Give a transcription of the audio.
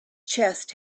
chest